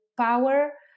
power